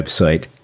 website